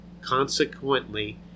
Consequently